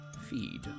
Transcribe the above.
feed